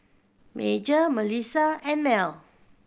Major Melissa and Mell